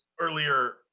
earlier